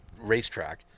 racetrack